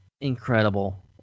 incredible